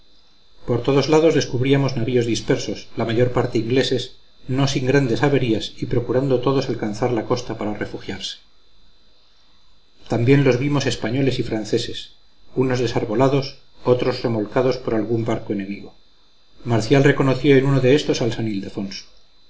por todos lados descubríamos navíos dispersos la mayor parte ingleses no sin grandes averías y procurando todos alcanzar la costa para refugiarse también los vimos españoles y franceses unos desarbolados otros remolcados por algún barco enemigo marcial reconoció en uno de éstos al san ildefonso